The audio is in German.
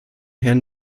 herrn